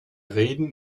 reden